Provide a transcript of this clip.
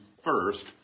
first